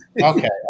Okay